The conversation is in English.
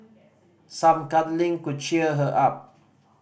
some cuddling could cheer her up